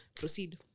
Proceed